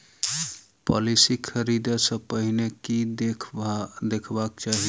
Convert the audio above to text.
Policy खरीदै सँ पहिने की देखबाक चाहि?